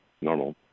Normal